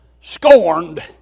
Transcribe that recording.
scorned